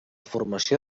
formació